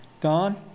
Don